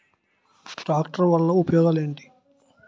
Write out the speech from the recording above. Tractor వల్ల ఉపయోగాలు ఏంటీ?